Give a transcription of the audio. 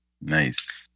nice